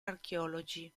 archeologi